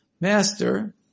Master